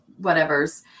whatevers